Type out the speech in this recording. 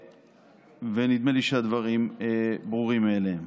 ונדמה לי שהדברים ברורים מאליהם.